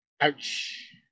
Ouch